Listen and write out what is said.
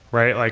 right? like